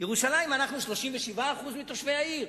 בירושלים אנחנו 37% מתושבי העיר?